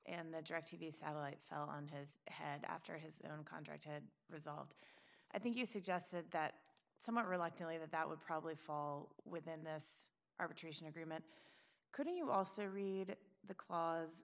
and the direct t v satellite fell on his head after his contract had resolved i think you suggested that somewhat reluctantly that that would probably fall within this arbitration agreement couldn't you also read the cla